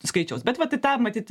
skaičiaus bet bet vat į tą matyt